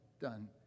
done